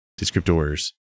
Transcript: Descriptors